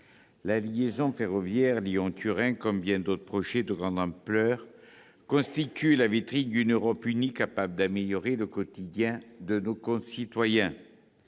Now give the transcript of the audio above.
La liaison ferroviaire Lyon-Turin, comme bien d'autres projets de grande ampleur, constitue la vitrine d'une Europe unie capable d'améliorer le quotidien de nos concitoyens.